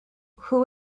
who